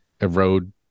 erode